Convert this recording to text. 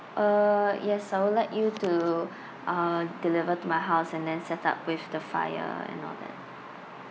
uh yes I would like you to uh deliver to my house and then set up with the fire and all that